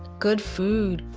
good food,